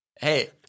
hey